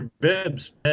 bibs